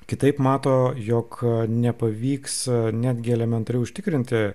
kitaip mato jog nepavyks netgi elementariai užtikrinti